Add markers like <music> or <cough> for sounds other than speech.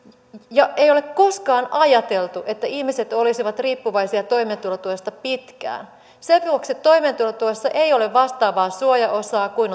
ja ei ole koskaan ajateltu että ihmiset olisivat riippuvaisia toimeentulotuesta pitkään sen vuoksi toimeentulotuessa ei ole vastaavaa suojaosaa kuin <unintelligible>